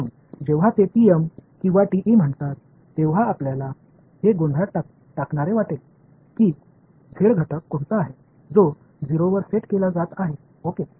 म्हणून जेव्हा ते टीएम किंवा टीई म्हणतात तेव्हा आपल्याला हे गोंधळात टाकणारे वाटेल की झेड घटक कोणता आहे जो 0 वर सेट केला जात आहे ओके